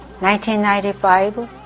1995